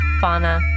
fauna